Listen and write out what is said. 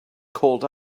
called